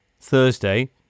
Thursday